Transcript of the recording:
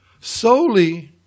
solely